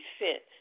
sent